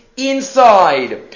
inside